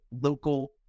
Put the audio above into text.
local